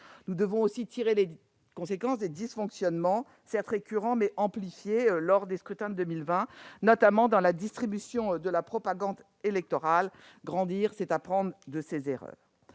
Nous devons aussi tirer les conséquences des dysfonctionnements, certes récurrents, mais plus nombreux lors des scrutins de 2020, notamment dans la distribution de la propagande électorale. Grandir, c'est apprendre de ses erreurs.